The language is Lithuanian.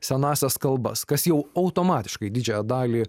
senąsias kalbas kas jau automatiškai didžiąją dalį